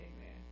amen